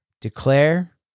Declare